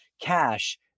cash